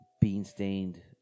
bean-stained